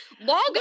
log